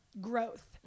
growth